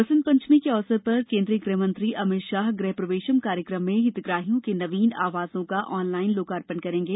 बसंत ांचमी के अवसर र केन्द्रीय ग़्ह मंत्री अमित शाह ग़्ह प्रवेशम् कार्यक्रम में हितग्राहियों के नवीन आवासों का ऑनलाइन लोकार्रण करेंगे